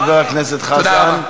תודה, חבר הכנסת חזן.